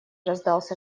раздался